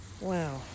wow